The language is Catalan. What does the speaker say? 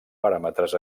paràmetres